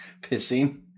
Pissing